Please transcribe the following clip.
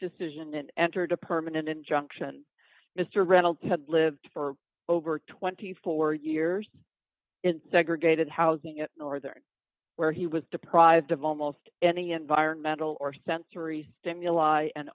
decision and entered a permanent injunction mr reynolds had lived for over twenty four years in segregated housing at northern where he was deprived of almost any environmental or sensory stimuli and